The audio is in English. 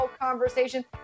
conversation